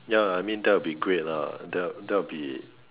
ya I mean that will be great lah that will be